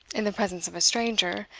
in the presence of a stranger,